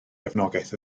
gefnogaeth